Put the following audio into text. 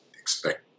expect